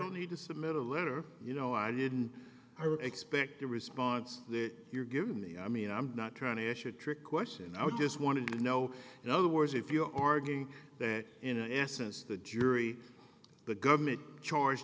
don't need to submit a letter you know i didn't expect a response that you're giving me i mean i'm not trying to issue a trick question i just want to know in other words if you're arguing that in essence the jury the government charge